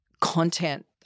content